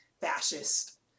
fascist